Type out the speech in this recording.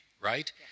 right